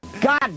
God